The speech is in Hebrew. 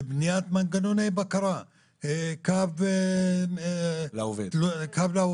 בניית מנגנוני בקרה, קו לעובד,